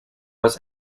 was